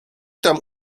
tam